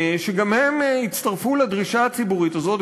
שגם הם הצטרפו לדרישה הציבורית הזאת,